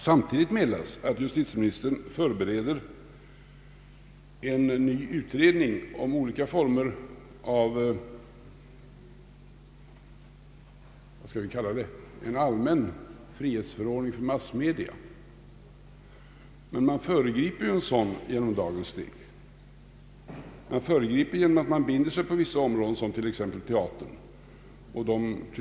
Samtidigt meddelas att justitieministern förbereder en ny utredning om vad som kan kallas en allmän frihetsförordning för massmedia. Men man föregriper ju en sådan genom dagens steg, genom att man binder sig på vissa områden, t.ex. teatern.